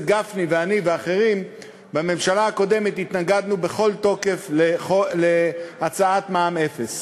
גפני ואני ואחרים התנגדנו בכל תוקף להצעת מע"מ אפס